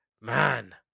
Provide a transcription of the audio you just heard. man